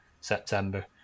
September